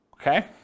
Okay